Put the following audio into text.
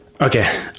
okay